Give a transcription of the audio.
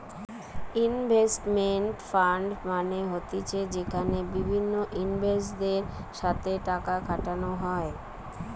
investment fund মানে হতিছে যেখানে বিভিন্ন ইনভেস্টরদের সাথে টাকা খাটানো হয়